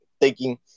taking